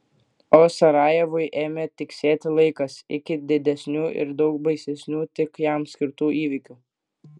o sarajevui ėmė tiksėti laikas iki didesnių ir daug baisesnių tik jam skirtų įvykių